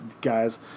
guys